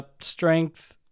strength